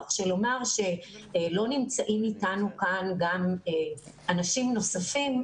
כך שלומר שלא נמצאים איתנו כאן גם אנשים נוספים,